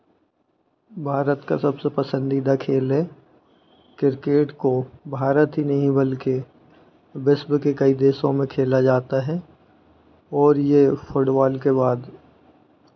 भारत का सबसे पसंदीदा खेल है क्रिकेट को भारत ही नहीं बल्कि विश्व के कई देशों में खेला जाता है और ये फ़ुटबॉल के बाद